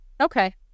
Okay